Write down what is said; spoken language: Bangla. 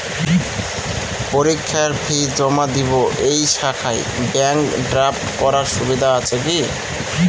পরীক্ষার ফি জমা দিব এই শাখায় ব্যাংক ড্রাফট করার সুবিধা আছে কি?